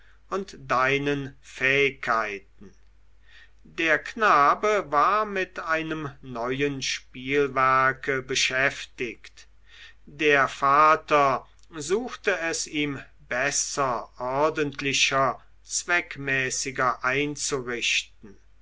und deinen fähigkeiten der knabe war mit einem neuen spielwerke beschäftigt der vater suchte es ihm besser ordentlicher zweckmäßiger einzurichten